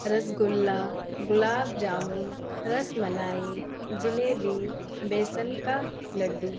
رس گلا گلاب جامن رس ملائی جلیبی بیسن کا لڈو